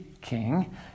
king